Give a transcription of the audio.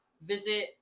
visit